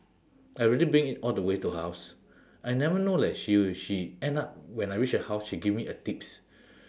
I really bring it all the way to her house I never know that she will she end up when I reach her house she give me a tips